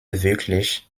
wirklich